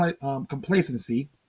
complacency